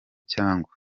cyangwa